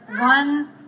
one